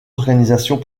organisations